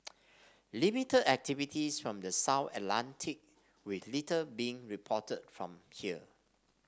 limited activities from the South Atlantic with little being reported from here